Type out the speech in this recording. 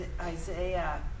Isaiah